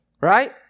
right